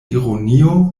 ironio